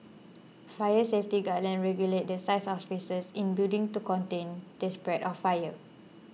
fire safety guidelines regulate the size of spaces in building to contain the spread of fire